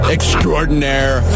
Extraordinaire